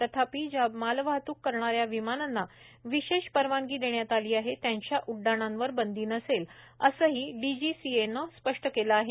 तथापि ज्या मालवाहतूक करणाऱ्या विमानांना विशेष परवानगी देण्यात आली आहे त्यांच्या उड्डाणांवर बंदी नसेल असही डीजीसीएनं स्पष्ट केलं आहे